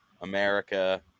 America